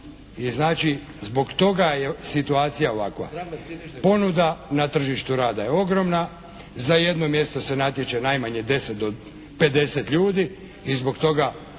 znači zbog toga je situacija ovakva. Ponuda na tržištu rada je ogromna, za jedno mjesto se natječe najmanje 10 do 50 ljudi i zbog toga